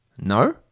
No